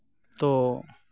ᱛᱚ